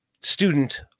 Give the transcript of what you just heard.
student